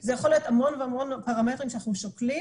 זה יכול להיות המון המון פרמטרים שאנחנו שוקלים.